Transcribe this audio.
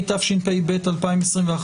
התשפ"ב 2021,